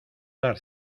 dar